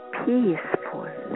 peaceful